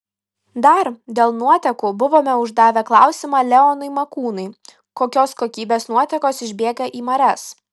dar dėl nuotekų buvome uždavę klausimą leonui makūnui kokios kokybės nuotekos išbėga į marias